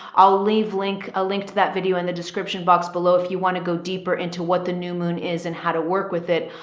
i'll leave link a link to that video in the description box below. if you want to go deeper into what the new moon is and how to work with it,